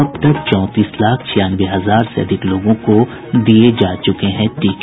अब तक चौंतीस लाख छियानवे हजार से अधिक लोगों को दिये जा चूके हैं टीके